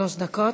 שלוש דקות.